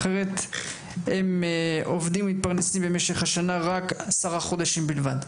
אחרת הם עובדים ומתפרנסים 10 חודשים בלבד.